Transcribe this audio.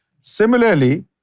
Similarly